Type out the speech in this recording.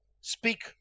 Speak